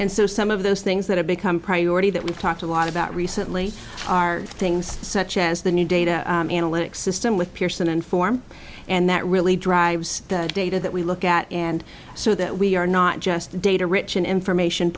and so some of those things that have become priority that we've talked a lot about recently are things such as the new data analytics system with pearson and form and that really drives the data that we look at and so that we are not just data rich and information